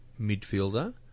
midfielder